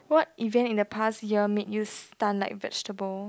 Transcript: what event in the past year make you stun like vegetable